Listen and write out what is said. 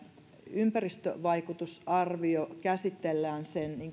ympäristövaikutusarvio käsitellään